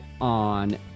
on